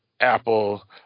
Apple